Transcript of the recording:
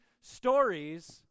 stories